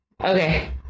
Okay